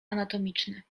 anatomiczny